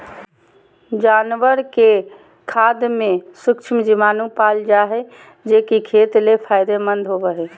जानवर के खाद में सूक्ष्म जीवाणु पाल जा हइ, जे कि खेत ले फायदेमंद होबो हइ